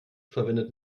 verwendet